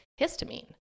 histamine